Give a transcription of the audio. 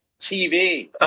TV